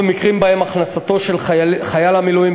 במקרים שבהם הכנסתו של חייל המילואים,